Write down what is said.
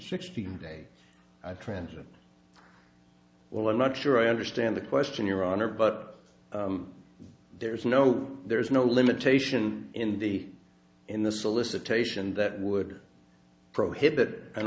sixteen day i transient well i'm not sure i understand the question your honor but there is no there is no limitation in the in the solicitation that would prohibit an